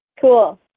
Cool